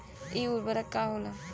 इ उर्वरक का होला?